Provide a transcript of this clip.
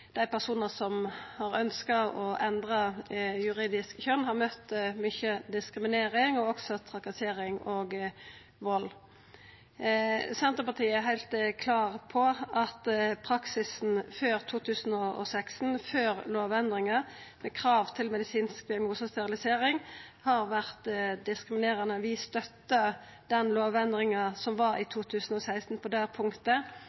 dei personane som har ønskt å endra juridisk kjønn, har møtt mykje diskriminering og også trakassering og vald. Senterpartiet er heilt klar på at praksisen før 2016, før lovendringa, med krav til medisinsk diagnose og sterilisering, har vore diskriminerande. Vi støtta lovendringa i 2016 på det punktet.